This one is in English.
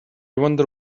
wonder